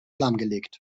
lahmgelegt